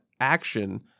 action